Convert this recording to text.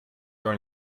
your